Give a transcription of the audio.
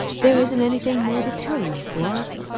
there isn't anything more to tell you, floss.